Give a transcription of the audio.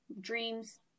dreams